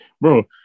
bro